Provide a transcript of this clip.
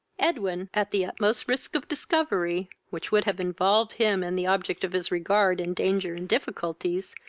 edwin, at the utmost risk of discovery, which would have involved him and the object of his regard in danger and difficulties,